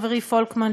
חברי פולקמן,